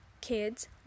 kids